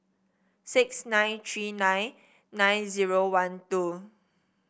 six nine three nine nine zero one two